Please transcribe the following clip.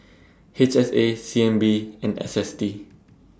H S A C N B and S S T